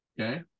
Okay